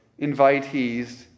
invitees